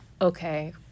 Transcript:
okay